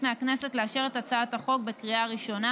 מהכנסת לאשר את הצעת החוק בקריאה ראשונה.